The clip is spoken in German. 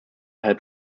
halb